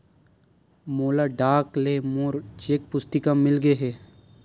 मोला डाक ले मोर चेक पुस्तिका मिल गे हे